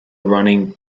running